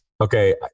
Okay